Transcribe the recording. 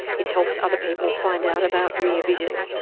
it helps other people find out about rear vision.